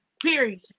Period